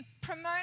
promote